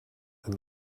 and